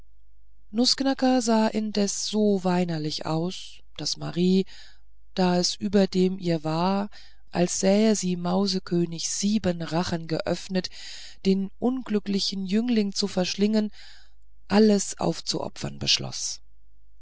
nußknacker sah indessen so weinerlich aus daß marie da es überdem ihr war als sähe sie mausekönigs sieben rachen geöffnet den unglücklichen jüngling zu verschlingen alles aufzuopfern beschloß